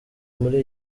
muri